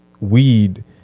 weed